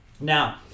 Now